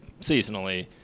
seasonally